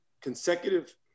consecutive